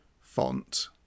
font